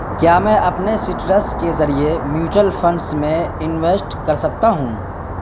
کیا میں اپنے سٹرس کے ذریعے میوچل فنڈس میں انویسٹ کر سکتا ہوں